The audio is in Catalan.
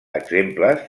exemples